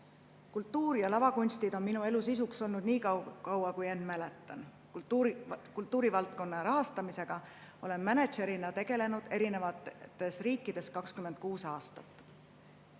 Kultuur ja lavakunstid on minu elu sisuks olnud nii kaua, kui end mäletan. Kultuurivaldkonna rahastamisega olen mänedžerina tegelenud erinevates riikides 26 aastat.